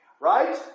Right